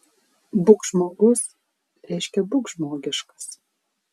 būk žmogus reiškia būk žmogiškas